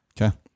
Okay